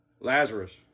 Lazarus